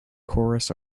chorus